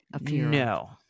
No